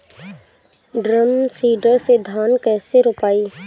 Drum seeder से धान कैसे रोपाई?